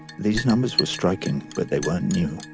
these numbers were striking, but they werenit new.